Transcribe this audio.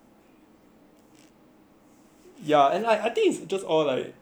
ya and I I think it's all like pass fail type modules ah